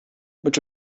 which